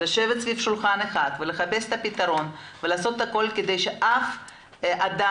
לשבת סביב שולחן אחד לחפש פתרון ולעשות הכל כדי שאף אדם